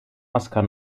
oscar